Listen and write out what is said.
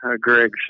Greg